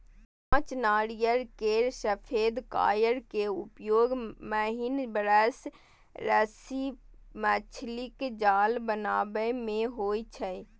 कांच नारियल केर सफेद कॉयर के उपयोग महीन ब्रश, रस्सी, मछलीक जाल बनाबै मे होइ छै